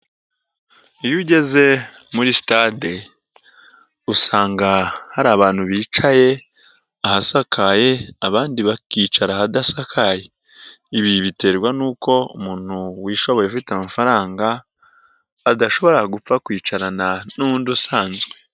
Iyo ugeze muri sitade usanga hari abantu bicaye ahasakaye abandi bakicara ahadasakaye, ibi biterwa n'uko umuntu wishoboye ufite amafaranga, adashobora gupfa kwicarana n'undi usanzwe.